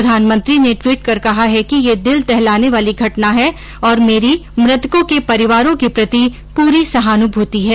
प्रधानमंत्री ने ट्वीट कर कहा कि ये दिल दहलाने वाली घटना है और मेरी मृतकों के परिवारों के प्रति पूरी सहानुभूति है